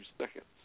seconds